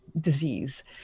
disease